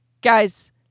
guys